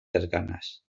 cercanas